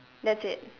that's it